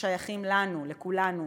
ששייכים לנו, לכולנו,